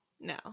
no